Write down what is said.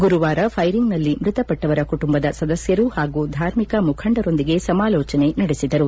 ಗುರುವಾರ ಫೈರಿಂಗ್ನಲ್ಲಿ ಮೃತಪಟ್ಟವರ ಕುಟುಂಬದ ಸದಸ್ಯರು ಹಾಗೂ ಧಾರ್ಮಿಕ ಮುಖಂಡರೊಂದಿಗೆ ಸಮಾಲೋಚನೆ ನಡೆಸಿದರು